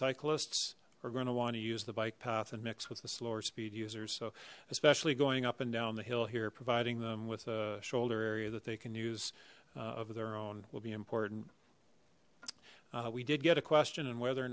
cyclists are going to want to use the bike path and mix with the slower speed users so especially going up and down the hill here providing them with a shoulder area that they can use of their own will be important we did get a question on whether or